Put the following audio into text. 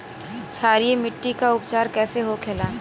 क्षारीय मिट्टी का उपचार कैसे होखे ला?